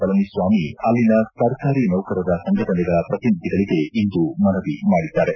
ಪಳನಿಸ್ವಾಮಿ ಅಲ್ಲಿನ ಸರ್ಕಾರಿ ನೌಕರರ ಸಂಘಟನೆಗಳ ಪ್ರತಿನಿಧಿಗಳಿಗೆ ಇಂದು ಮನವಿ ಮಾಡಿದ್ದಾರೆ